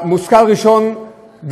מושכל ראשון,